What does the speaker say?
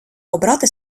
обрати